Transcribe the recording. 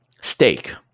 steak